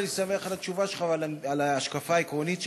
אני שמח על התשובה שלך ועל ההשקפה העקרונית שלך.